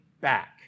back